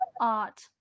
art